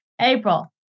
April